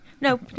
Nope